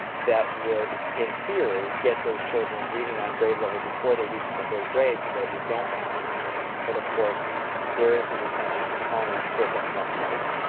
that would, in theory, get those children reading on grade level before they reach the third grade so that we don't have to retain them. but of course there is the retention component if necessary.